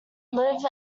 live